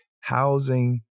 housing